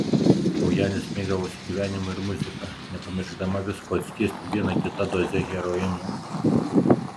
o janis mėgavosi gyvenimu ir muzika nepamiršdama visko atskiesti viena kita doze heroino